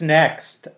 next